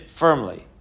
firmly